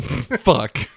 Fuck